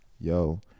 yo